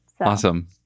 Awesome